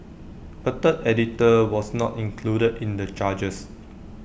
A third editor was not included in the charges